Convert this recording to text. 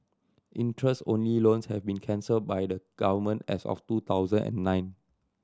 interest only loans have been cancelled by the Government as of two thousand and nine